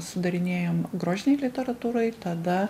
sudarinėjam grožinei literatūrai tada